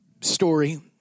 story